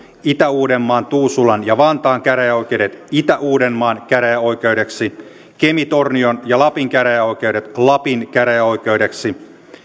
itä uudenmaan tuusulan ja vantaan käräjäoikeudet itä uudenmaan käräjäoikeudeksi kemi tornion ja lapin käräjäoikeudet lapin käräjäoikeudeksi